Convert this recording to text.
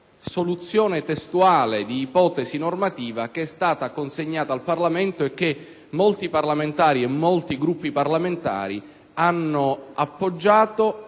soluzione testuale di ipotesi normativa, che è stata consegnata al Parlamento e che molti parlamentari e molti Gruppi parlamentari hanno appoggiato.